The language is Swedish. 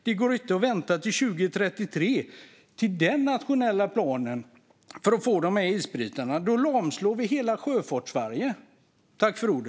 Det går inte att vänta till 2033 och till den nationella planen då för att få isbrytarna. Då lamslår vi hela Sjöfartssverige.